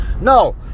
No